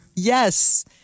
Yes